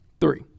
Three